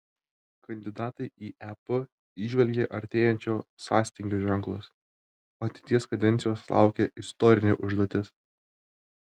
kandidatai į ep įžvelgė artėjančio sąstingio ženklus ateities kadencijos laukia istorinė užduotis